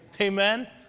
Amen